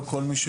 טוב.